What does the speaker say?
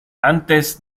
antes